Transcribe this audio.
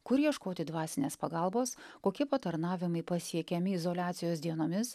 kur ieškoti dvasinės pagalbos kokie patarnavimai pasiekiami izoliacijos dienomis